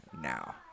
now